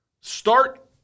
Start